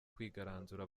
kwigaranzura